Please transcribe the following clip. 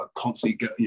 Constantly